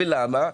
ולמה?